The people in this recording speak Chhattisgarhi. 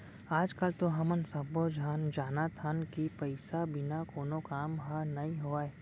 आज काल तो हमन सब्बो झन जानत हन कि पइसा बिना कोनो काम ह नइ होवय